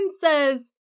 says